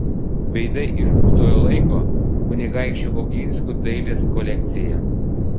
veidai iš būtojo laiko kunigaikščių oginskių dailės kolekcija